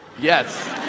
Yes